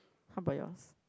how about yours